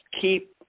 keep